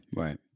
right